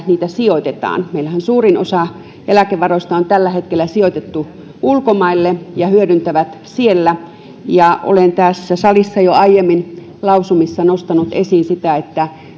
sijoitetaan meillähän suurin osa eläkevaroista on tällä hetkellä sijoitettu ulkomaille ja hyödyntää siellä ja olen tässä salissa jo aiemmin lausumissani nostanut esiin sitä